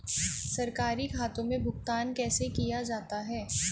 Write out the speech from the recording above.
सरकारी खातों में भुगतान कैसे किया जाता है?